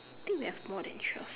think we have more than twelve